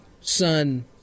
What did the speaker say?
son